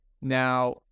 now